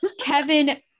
kevin